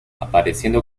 apareciendo